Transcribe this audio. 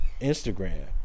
instagram